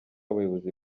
abayobozi